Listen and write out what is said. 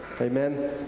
Amen